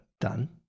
Done